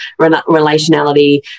relationality